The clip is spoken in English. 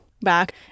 back